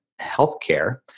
healthcare